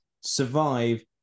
survive